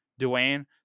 Dwayne